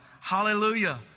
Hallelujah